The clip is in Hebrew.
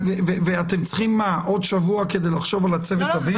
ואתם צריכים עוד שבוע כדי לחשוב על צוותי האוויר?